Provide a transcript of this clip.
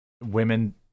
women